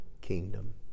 kingdom